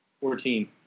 Fourteen